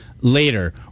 later